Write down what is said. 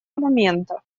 момента